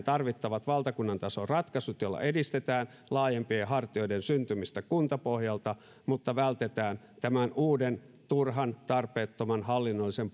tarvittavat valtakunnan tason ratkaisut joilla edistetään laajempien hartioiden syntymistä kuntapohjalta mutta vältetään tämän uuden turhan tarpeettoman hallinnollisen